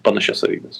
panašias savybes